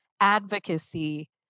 advocacy